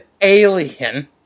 alien